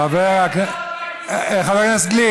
חבר הכנסת גליק,